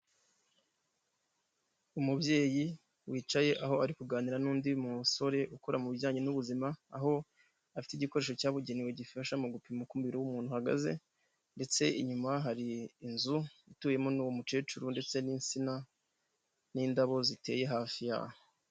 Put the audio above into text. Umubyeyi wicaye aho ari kuganira n'undi musore ukora mu bijyanye n'ubuzima, aho afite igikoresho cyabugenewe gifasha mu gupima umubiri w'umuntu uhagaze ndetse inyuma hari inzu ituwemo n'uwo mukecuru ndetse n'insina n'indabo ziteye hafi yaho.